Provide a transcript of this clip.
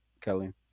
Kelly